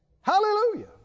Hallelujah